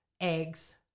eggs